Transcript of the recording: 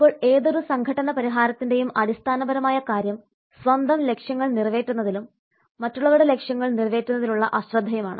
ഇപ്പോൾ ഏതൊരു സംഘട്ടന പരിഹാരത്തിന്റെയും അടിസ്ഥാനപരമായ കാര്യം സ്വന്തം ലക്ഷ്യങ്ങൾ നിറവേറ്റുന്നതിലും മറ്റുള്ളവരുടെ ലക്ഷ്യങ്ങൾ നിറവേറ്റുന്നതിലുള്ള അശ്രദ്ധയുമാണ്